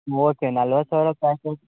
okay ನಲವತ್ತು ಸಾವಿರ package